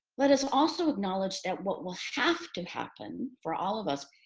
let us also acknowledge that what will have to happen for all of us,